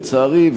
לצערי,